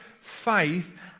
faith